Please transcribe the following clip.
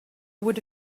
would